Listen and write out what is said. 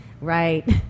Right